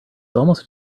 almost